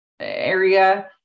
area